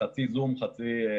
חצי מהנוכחים ב-זום.